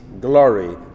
glory